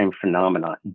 phenomenon